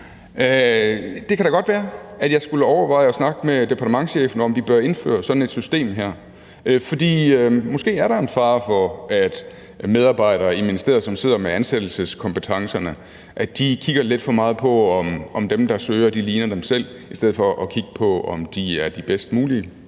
det da godt være, at jeg skulle overveje at snakke med departementschefen om, hvorvidt vi bør indføre sådan et system her. For måske er der en fare for, at medarbejdere i ministeriet, som sidder med ansættelseskompetencerne, kigger lidt for meget på, om dem, der søger, ligner dem selv, i stedet for at kigge på, om de er de bedst mulige.